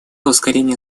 ускорения